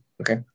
Okay